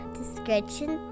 description